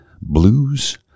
Blues